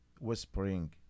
whispering